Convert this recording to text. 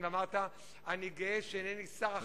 אמרת: אני גאה שאינני שר החקלאות,